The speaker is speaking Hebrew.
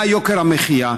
מה יוקר המחיה,